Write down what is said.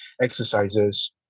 exercises